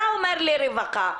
אתה אומר לי רווחה.